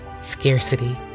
scarcity